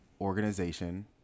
organization